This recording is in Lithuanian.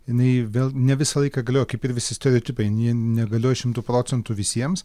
jinai vėl ne visą laiką galioja kaip ir visi stereotipai ne ne galioja šimtu procentų visiems